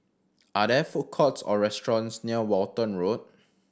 are there food courts or restaurants near Walton Road